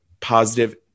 positive